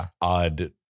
odd